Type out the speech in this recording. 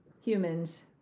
humans